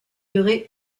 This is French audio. duré